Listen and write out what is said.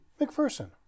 McPherson